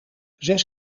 zes